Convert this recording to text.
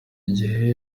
gihe